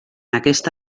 aquesta